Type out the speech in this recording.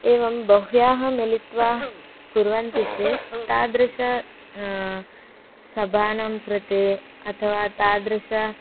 एवं बह्व्याः मिलित्वा कुर्वन्ति चेत् तादृश सभायां कृते अथवा तादृश